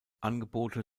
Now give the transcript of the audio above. angebote